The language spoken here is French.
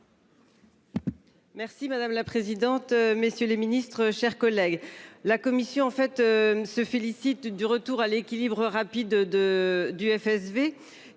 Merci madame la présidente, messieurs les Ministres, chers collègues, la commission en fait se félicite du retour à l'équilibre rapide de du FSV,